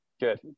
Good